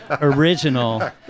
original